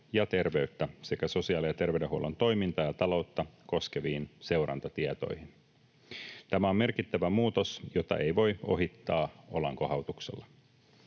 sekä sosiaali- ja terveydenhuollon toimintaa ja taloutta koskeviin seurantatietoihin. Tämä on merkittävä muutos, jota ei voi ohittaa olankohautuksella.